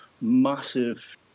massive